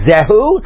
Zehu